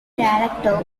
director